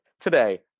today